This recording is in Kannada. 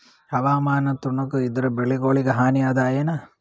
ಹವಾಮಾನ ತಣುಗ ಇದರ ಬೆಳೆಗೊಳಿಗ ಹಾನಿ ಅದಾಯೇನ?